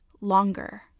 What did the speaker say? longer